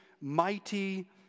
mighty